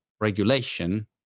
regulation